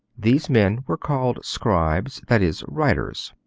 these men were called scribes, that is, writers.